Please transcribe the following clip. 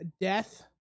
death